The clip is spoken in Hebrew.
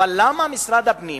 אבל למה משרד הפנים